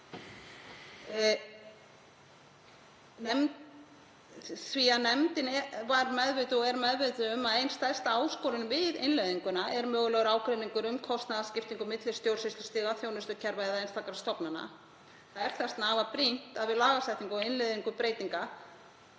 lengri tíma litið. Nefndin er meðvituð um að ein stærsta áskorunin við innleiðinguna er mögulegur ágreiningur um kostnaðarskiptingu milli stjórnsýslustiga, þjónustukerfa eða einstakra stofnana. Það er því afar brýnt að við lagasetningu og innleiðingu breytinga